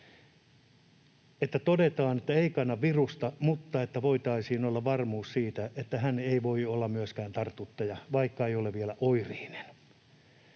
että todetaan, että ei kanna virusta, mutta että voitaisiin myös olla varmoja siitä, että ei voi olla myöskään tartuttaja, vaikka ei ole vielä oireinen.